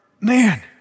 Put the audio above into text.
man